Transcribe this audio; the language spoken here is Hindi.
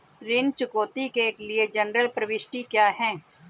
ऋण चुकौती के लिए जनरल प्रविष्टि क्या है?